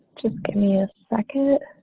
just give me a second.